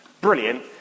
Brilliant